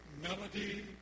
Melody